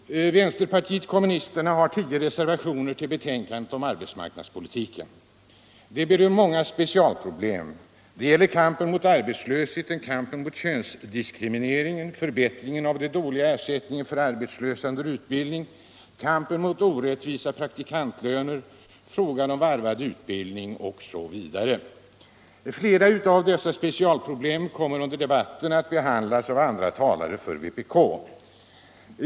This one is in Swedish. Vänsterpartiet kommunisterna har tio reservationer till betänkandet om arbetsmarknadspolitiken. De berör många specialproblem. De gäller kampen mot arbetslösheten, kampen mot könsdiskriminceringen, förbättringen av den dåliga ersättningen för arbetslösa under utbildning. kampen mot orättvisa praktikantlöner, frågan om varvad utbildning, m.m. Flera av dessa specialproblem kommer under debatten att behandlas av andra talare för vpk.